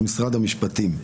אז משרד המשפטים: